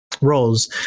roles